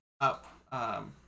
up